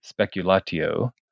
speculatio